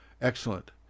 Excellent